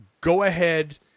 go-ahead